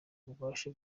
ububasha